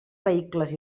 vehicles